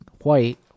white